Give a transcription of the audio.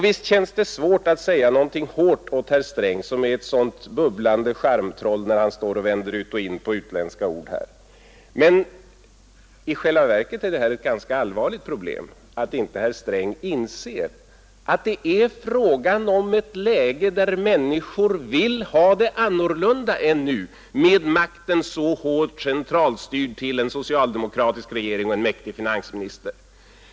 Visst känns det svårt att säga någonting hårt åt herr Sträng, som är ett sådant bubblande charmtroll när han står här och vänder ut och in på utländska ord, men i själva verket är det ett ganska allvarligt problem att inte herr Sträng inser att det är fråga om ett läge där människorna vill ha det annorlunda än nu med makten så hårt centralstyrd till en socialdemokratisk regering och en mäktig finansminister.